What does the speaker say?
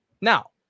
Now